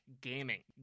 gaming